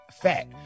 fat